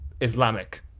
Islamic